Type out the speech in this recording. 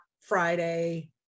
Friday